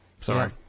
Sorry